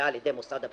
נקבעה במקום אחר,